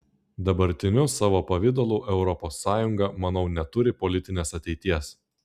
dabartiniu savo pavidalu europos sąjunga manau neturi politinės ateities